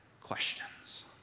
questions